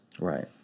right